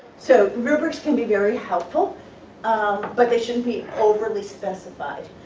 so rubrics can be very helpful um but they shouldn't be overly specified,